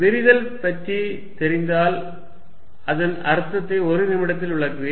விரிதல் பற்றி தெரிந்தால் அதன் அர்த்தத்தை ஒரு நிமிடத்தில் விளக்குவேன்